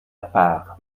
part